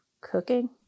cooking